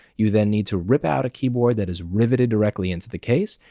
you then need to rip out a keyboard that is riveted directly into the case,